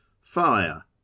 Fire